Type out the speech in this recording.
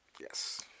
Yes